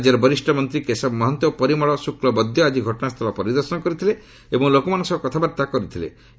ରାଜ୍ୟର ବରିଷ୍ଠ ମନ୍ତ୍ରୀ କେଶବ ମହନ୍ତ ଓ ପରିମଳ ଶୁକ୍ଲବୈଦ୍ୟ ଆକି ଘଟଣାସ୍ଥଳ ପରିଦର୍ଶନ କରିଥିଲେ ଏବଂ ଲୋକମାନଙ୍କୁ ସହ କଥାବାର୍ତ୍ତା କରିବେ